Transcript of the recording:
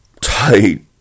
tight